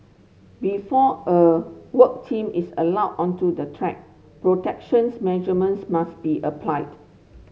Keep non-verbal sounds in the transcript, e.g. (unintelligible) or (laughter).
before a work team is allowed onto the track protections (unintelligible) must be applied